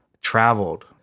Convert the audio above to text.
traveled